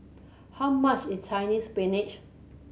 how much is Chinese Spinach